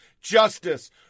Justice